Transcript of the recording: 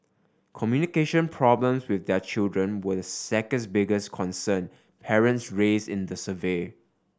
communication problems with their children were the second biggest concern parents raise in the survey